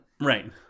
right